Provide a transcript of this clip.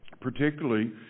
Particularly